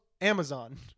Amazon